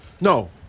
No